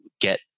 get